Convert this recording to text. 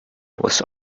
was